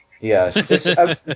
Yes